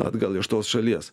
atgal iš tos šalies